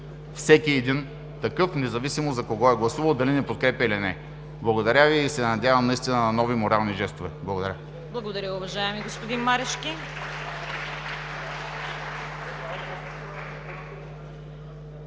всеки един такъв, независимо за кого е гласувал, дали ни подкрепя, или не. Благодаря Ви и се надявам наистина на нови морални жестове. Благодаря. (Ръкопляскания от „Воля“